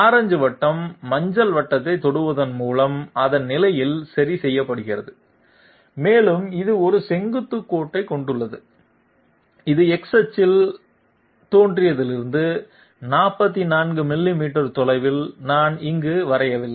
orange வட்டம் மஞ்சள் வட்டத்தைத் தொடுவதன் மூலம் அதன் நிலையில் சரி செய்யப்படுகிறது மேலும் இது ஒரு செங்குத்து தொடுகோடைக் கொண்டுள்ளது இது X அச்சில் தோற்றத்திலிருந்து 44 மில்லிமீட்டர் தொலைவில் நான் இங்கு வரையவில்லை